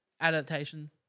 adaptation